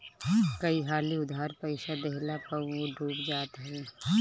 कई हाली उधार पईसा देहला पअ उ डूब जात हवे